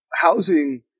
housing